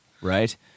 right